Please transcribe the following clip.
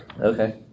Okay